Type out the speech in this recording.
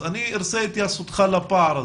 אני רוצה את התייחסותך לפער הזה.